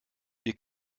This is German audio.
wir